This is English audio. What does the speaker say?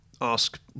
ask